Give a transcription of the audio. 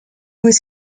was